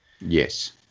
Yes